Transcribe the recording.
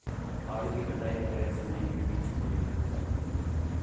आड़ू की कटाई अप्रैल से मई के बीच होने लग जाती है